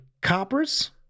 coppers